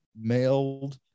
mailed